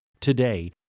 Today